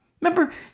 Remember